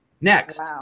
Next